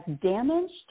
damaged